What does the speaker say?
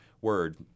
word